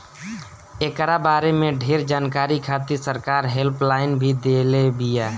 एकरा बारे में ढेर जानकारी खातिर सरकार हेल्पलाइन भी देले बिया